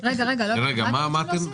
הצדדים.